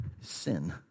sin